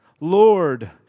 Lord